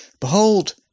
behold